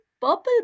purple